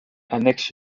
annexe